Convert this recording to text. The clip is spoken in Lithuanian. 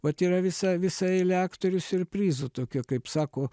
vat yra visa visa eilė aktorių siurprizų tokie kaip sako